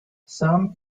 some